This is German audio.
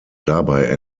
dabei